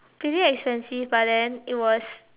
pretty expensive but then it was